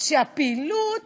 שהפעילות